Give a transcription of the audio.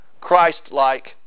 Christ-like